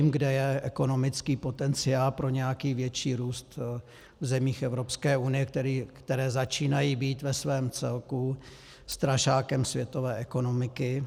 Nevím, kde je ekonomický potenciál pro nějaký větší růst v zemích Evropské unie, které začínají být ve svém celku strašákem světové ekonomiky.